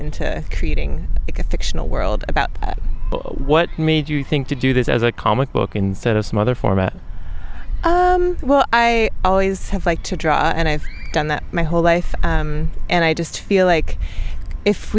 into creating a fictional world about what made you think to do this as a comic book instead of some other form of well i always have like to draw and i've done that my whole life and i just feel like if